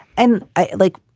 and i like.